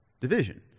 division